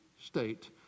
state